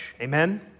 Amen